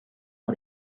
all